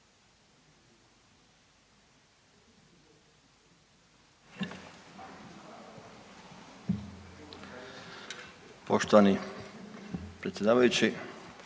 Poštovani predsjedavajući,